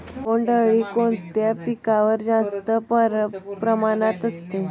बोंडअळी कोणत्या पिकावर जास्त प्रमाणात असते?